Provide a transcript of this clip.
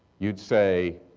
you'd say